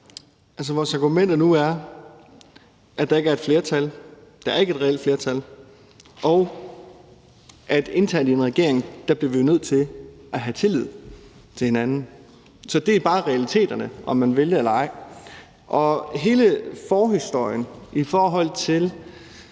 Altså, vores argumenter nu er, at der ikke er et flertal – der er ikke et reelt flertal – og at internt i en regering bliver vi jo nødt til at have tillid til hinanden. Så det er bare realiteterne – om man vil det eller ej. Og hele forhistorien i forhold til